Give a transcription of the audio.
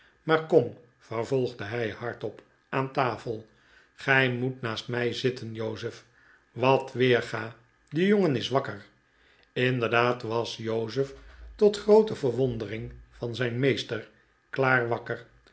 maar kom vervolgde hij hardop aan tafel gij moet naast mij zitten jozef wat weerga de jongen is wakker inderdaad was jozef tot groote verwondering van zijn meester klaar wakker